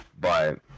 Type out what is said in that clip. but-